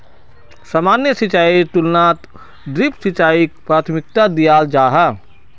सामान्य सिंचाईर तुलनात ड्रिप सिंचाईक प्राथमिकता दियाल जाहा